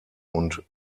und